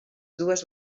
dues